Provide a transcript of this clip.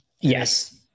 Yes